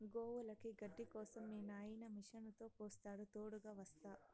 గోవులకి గడ్డి కోసం మీ నాయిన మిషనుతో కోస్తాడా తోడుగ వస్తా